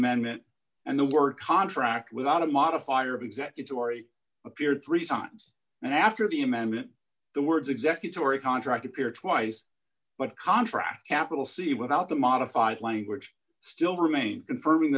amendment and the word contract without a modifier of executive henri appeared three times and after the amendment the words executive or a contract appear twice but contract capital c without the modified language still remains confirming